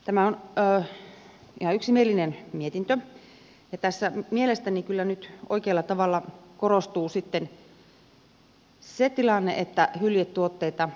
tämä on ihan yksimielinen mietintö ja tässä mielestäni kyllä nyt oikealla tavalla korostuu sitten se tilanne että hyljetuotteita voitaisiin hyödyntää